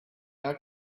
how